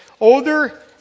older